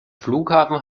flughafen